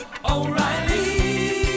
O'Reilly